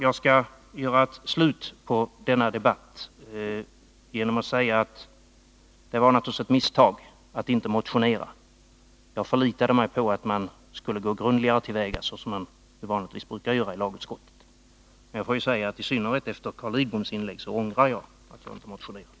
Jag skall göra slut på denna debatt genom att säga att det naturligtvis var ett misstag att inte motionera. Jag förlitade mig på att utskottet skulle gå grundligt till väga, såsom man vanligtvis brukar göra i lagutskottet. I synnerhet efter Carl Lidboms inlägg ångrar jag att jag inte motionerat.